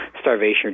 starvation